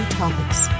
topics